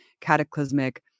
cataclysmic